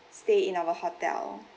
stay in our hotel